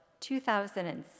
2006